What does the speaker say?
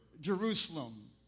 Jerusalem